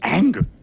anger